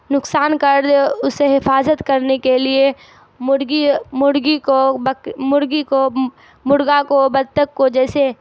نقصان کر اسے حفاظت کرنے کے لیے مرغی مرغی کو بک مرغی کو مرغا کو بطخ کو جیسے